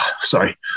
Sorry